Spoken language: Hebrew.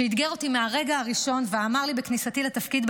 אתגר אותי מהרגע הראשון ואמר לי בכניסתי לתפקיד,